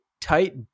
tight